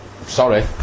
Sorry